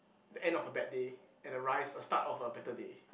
the end of a bad day and the rise a start of a better day